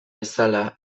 bezala